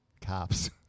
cops